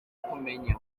kumenya